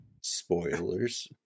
Spoilers